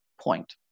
point